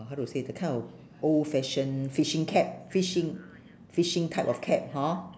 how to say the kind of old fashion fishing cap fishing fishing type of cap hor